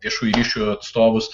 viešųjų ryšių atstovus